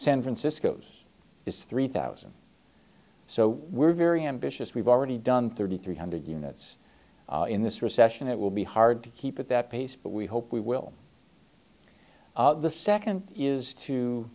san francisco's is three thousand so we're very ambitious we've already done thirty three hundred units in this recession it will be hard to keep at that pace but we hope we will the second is to